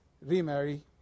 remarry